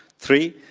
three,